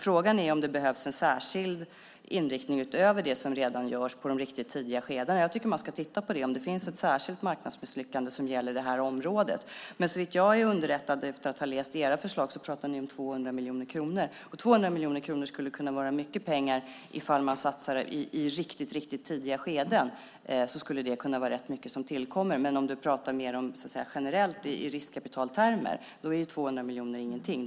Frågan är om det behövs en särskild inriktning utöver det som redan görs i de riktigt tidiga skedena. Jag tycker att man ska titta på om det finns ett särskilt marknadsmisslyckande som gäller detta område. Såvitt jag är rätt underrättad efter att ha läst era förslag talar ni om 200 miljoner kronor. Dessa 200 miljoner skulle kunna vara mycket pengar i fall man satsade i riktigt tidiga skeden. Det skulle kunna vara rätt mycket som tillkommer. Men om man talar mer generellt i riskkapitaltermer är 200 miljoner ingenting.